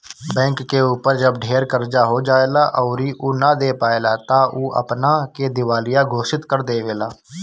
bank के ऊपर जब ढेर कर्जा हो जाएला अउरी उ ना दे पाएला त उ अपना के दिवालिया घोषित कर देवेला